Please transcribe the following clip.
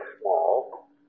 small